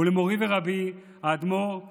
ולמורי ורבי האדמו"ר ר'